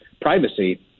privacy